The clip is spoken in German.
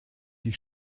die